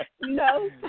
No